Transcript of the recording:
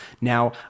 Now